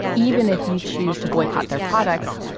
even if you choose to boycott their products,